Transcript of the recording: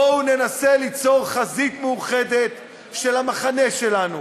בואו ננסה ליצור חזית מאוחדת של המחנה שלנו,